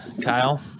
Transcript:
Kyle